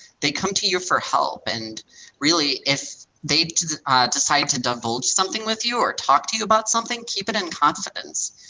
they come to you for help, and really, if they decide to divulge something with you or talk to you about something, keep it in confidence,